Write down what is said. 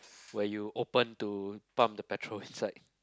where you open to pump the petrol inside